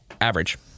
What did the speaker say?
Average